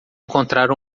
encontrar